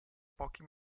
pochi